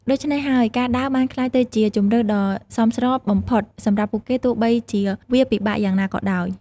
ដូច្នេះហើយការដើរបានក្លាយទៅជាជម្រើសដ៏សមស្របបំផុតសម្រាប់ពួកគេទោះបីជាវាពិបាកយ៉ាងណាក៏ដោយ។